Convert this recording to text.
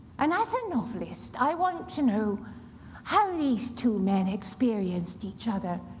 and as a novelist, i want to know how these two men experienced each other,